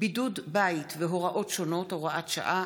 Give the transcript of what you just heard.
(בידוד בית והוראות שונות) (הוראת שעה),